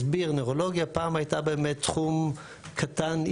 נוירולוגיה פעם היה באמת תחום קטן,